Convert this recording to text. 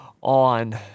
on